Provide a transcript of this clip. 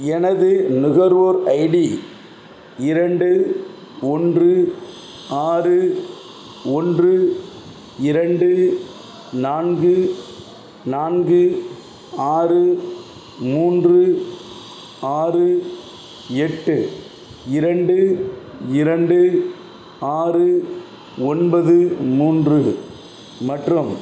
எனது நுகர்வோர் ஐடி இரண்டு ஒன்று ஆறு ஒன்று இரண்டு நான்கு நான்கு ஆறு மூன்று ஆறு எட்டு இரண்டு இரண்டு ஆறு ஒன்பது மூன்று மற்றும்